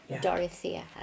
Dorothea